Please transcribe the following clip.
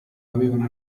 avevano